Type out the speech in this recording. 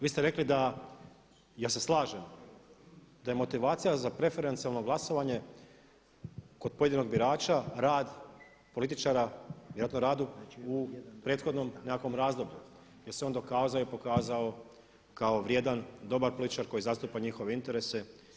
Vi ste rekli da, ja se slažem, da je motivacija za preferencijalno glasovanje kod pojedinog birača rad političara vjerojatno radu u prethodnom nekakvom razdoblju gdje se on dokazao i pokazao kao vrijedan, dobar političar koji zastupa njihove interese.